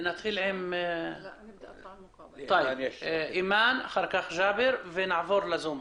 חברת הכנסת אימאן ח'טיב בבקשה.